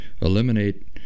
...eliminate